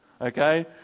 Okay